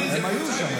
הם היו שם.